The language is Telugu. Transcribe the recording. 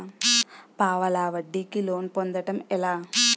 పావలా వడ్డీ కి లోన్ పొందటం ఎలా?